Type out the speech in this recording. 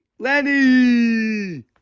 Lenny